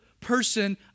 person